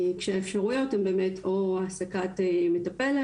כשהאפשרויות הן באמת או המשך העסקת מטפלת,